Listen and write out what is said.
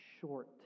short